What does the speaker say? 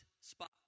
spot